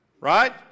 right